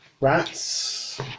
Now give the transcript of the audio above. rats